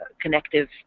connective